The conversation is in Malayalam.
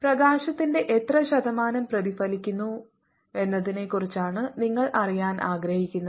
പ്രകാശത്തിന്റെ എത്ര ശതമാനം പ്രതിഫലിക്കുന്നുവെന്നതിനെക്കുറിച്ചാണ് നിങ്ങൾ അറിയാൻ ആഗ്രഹിക്കുന്നത്